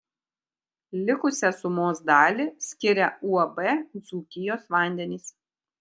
likusią sumos dalį skiria uab dzūkijos vandenys